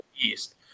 East